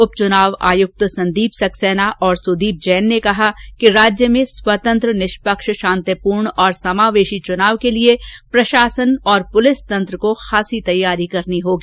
उपचुनाव आयक्त संदीप सक्सेना और सुदीप जैन ने कहा कि राज्य में स्वतंत्र निष्पक्ष शांतिपूर्ण और समावेशी चुनाव के लिए प्रशासन और पुलिस तंत्र को खासी तैयारी करनी होगी